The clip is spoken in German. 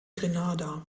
grenada